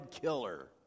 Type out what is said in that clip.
killer